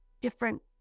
different